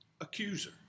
Accuser